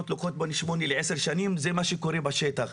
לוקחות בין 8-10 שנים זה מה שקורה בשטח.